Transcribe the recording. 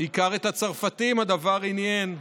בעיקר את הצרפתים הדבר עניין,